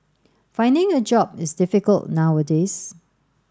finding a job is difficult nowadays